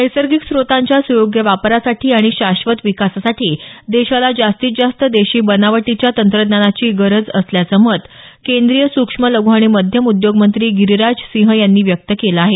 नैसर्गिक स्रोतांच्या सुयोग्य वापरासाठी आणि शाश्वत विकासासाठी देशाला जास्तीत जास्त देशी बनावटीच्या तंत्रज्ञानाची गरज असल्याचं मत केंद्रीय सुक्ष्म लघ् आणि मध्यम उद्योगमंत्री गिरीराज सिंह यांनी व्यक्त केलं आहे